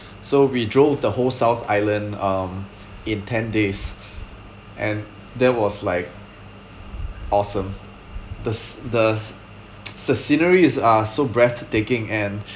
so we drove the whole south island um in ten days and that was like awesome the s~ the the scenery is uh so breathtaking and